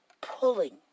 pulling